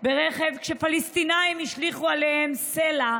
ברכב כשפלסטינים השליכו עליהם סלע,